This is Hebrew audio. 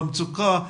במצוקה,